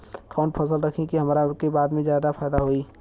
कवन फसल रखी कि बाद में हमरा के ज्यादा फायदा होयी?